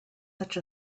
such